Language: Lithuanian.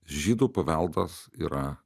žydų paveldas yra